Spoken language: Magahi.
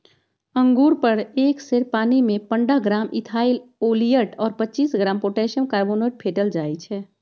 अंगुर पर एक सेर पानीमे पंडह ग्राम इथाइल ओलियट और पच्चीस ग्राम पोटेशियम कार्बोनेट फेटल जाई छै